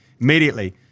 Immediately